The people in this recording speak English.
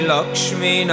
Lakshmi